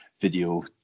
video